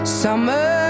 summer